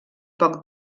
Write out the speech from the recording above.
poc